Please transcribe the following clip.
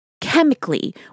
chemically